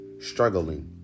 struggling